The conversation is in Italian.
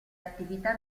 attività